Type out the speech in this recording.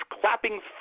clapping